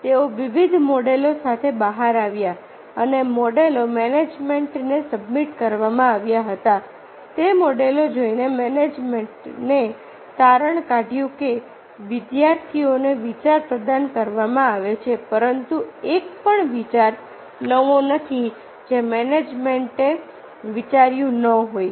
તેઓ વિવિધ મોડેલો સાથે બહાર આવ્યા હતા અને મોડેલો મેનેજમેન્ટને સબમિટ કરવામાં આવ્યા હતા તે મોડેલો જોઈને મેનેજમેન્ટે તારણ કાઢ્યું હતું કે વિદ્યાર્થીઓને વિચારો પ્રદાન કરવામાં આવે છે પરંતુ એક પણ વિચાર નવો નથી જે મેનેજમેન્ટે વિચાર્યું ન હોય